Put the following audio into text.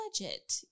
budget